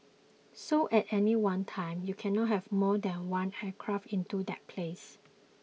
so at any one time you cannot have more than one aircraft into that place